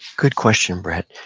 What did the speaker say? good question, brett.